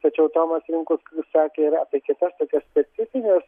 tačiau tomas linkus sakė ir apie kitas tokias specifines